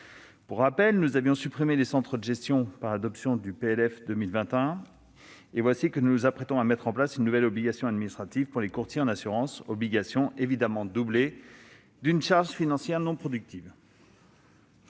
Pour rappel, nous avions supprimé des centres de gestion lors de l'examen du projet de loi de finances pour 2021. Et voici que nous nous apprêtons à mettre en place une nouvelle obligation administrative pour les courtiers en assurances, obligation évidemment doublée d'une charge financière non productive